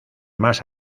más